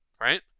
right